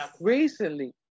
Recently